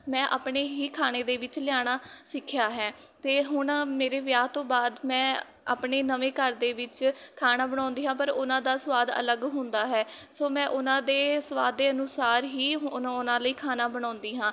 ਮੈਂ ਆਪਣੇ ਹੀ ਖਾਣੇ ਦੇ ਵਿੱਚ ਲਿਆਉਣਾ ਸਿੱਖਿਆ ਹੈ ਅਤੇ ਹੁਣ ਮੇਰੇ ਵਿਆਹ ਤੋਂ ਬਾਅਦ ਮੈਂ ਆਪਣੇ ਨਵੇਂ ਘਰ ਦੇ ਵਿੱਚ ਖਾਣਾ ਬਣਾਉਂਦੀ ਹਾਂ ਪਰ ਉਹਨਾਂ ਦਾ ਸਵਾਦ ਅਲੱਗ ਹੁੰਦਾ ਹੈ ਸੋ ਮੈਂ ਉਹਨਾਂ ਦੇ ਸਵਾਦ ਦੇ ਅਨੁਸਾਰ ਹੀ ਉਹਨਾਂ ਲਈ ਖਾਣਾ ਬਣਾਉਂਦੀ ਹਾਂ